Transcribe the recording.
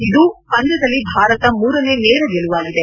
ಇದು ಪಂದ್ಲದಲ್ಲಿ ಭಾರತದ ಮೂರನೇ ನೇರ ಗೆಲುವಾಗಿದೆ